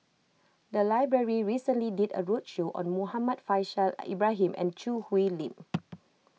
the library recently did a roadshow on Muhammad Faishal Ibrahim and Choo Hwee Lim